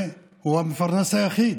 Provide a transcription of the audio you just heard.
והוא המפרנס היחיד.